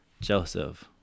Joseph